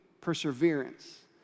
perseverance